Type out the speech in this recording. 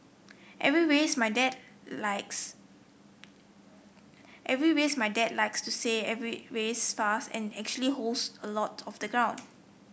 every race my dad likes every race my dad likes to say every race fast and actually holds a lot of the ground